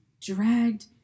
dragged